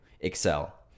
excel